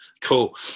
Cool